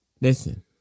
Listen